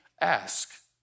ask